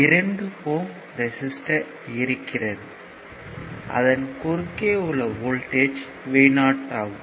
2 ohm resistor இருக்கிறது அதன் குறுக்கே உள்ள வோல்ட்டேஜ் Vo ஆகும்